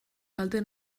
kalte